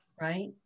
right